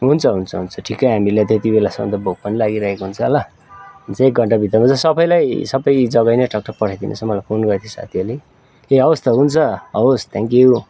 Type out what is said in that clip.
हुन्छ हुन्छ हुन्छ ठिकै हामीलाई त्यति बेलासम्म त भोक पनि लागिरहेको हुन्छ ल हुन्छ एक घन्टा भित्रमा चाहिँ सबैलाई सबै जग्गै नै टकटक पठाइदिनु छ मलाई फोन गरेको थियो साथीहरूले ए हवस् त हुन्छ हवस् थ्याङ्क यू